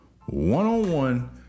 one-on-one